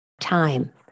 time